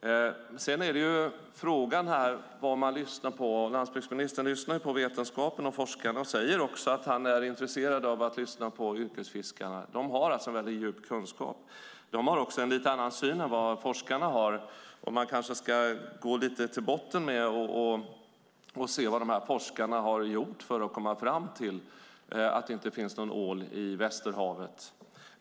Frågan är vad man lyssnar på. Landsbygdsministern lyssnar på vetenskapen och forskarna och säger också att han är intresserad av att lyssna på yrkesfiskarna. De har en djup kunskap. De har också lite annan syn än vad forskarna har. Man kanske ska gå till botten för att se vad dessa forskare har gjort för att komma fram till att det inte finns någon ål i Västerhavet.